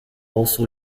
also